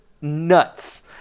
nuts